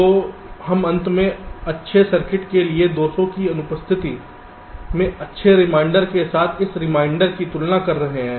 तो हम अंत में अच्छे सर्किट के लिए दोषों की अनुपस्थिति में अच्छे रिमाइंडर के साथ इस रिमाइंडर की तुलना कर रहे हैं